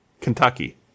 Kentucky